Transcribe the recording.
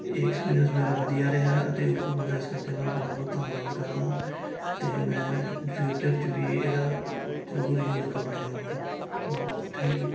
ਇਹ ਐਕਪੀਰੀਅਸ ਮੇਰੇ ਵਧੀਆ ਰਿਹਾ ਅਤੇ ਊਬਰ ਦਾ ਇਸ ਕਰਕੇ ਮੈਂ ਬਹੁਤ ਬਹੁਤ ਧੰਨਵਾਦ ਕਰਦਾ ਅਤੇ ਮੈਂ ਇਨ ਫਿਊਚਰ 'ਚ ਵੀ ਇਹਦਾ ਜ਼ਰੂਰ ਯੂਜ਼ ਕਰਨਾ ਚਾਹਾਵਾਂਗਾ ਬਹੁਤ ਬਹੁਤ ਥੈਂਕ ਯੂ